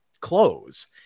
clothes